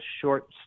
short